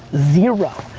zero,